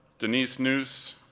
denise neuhs,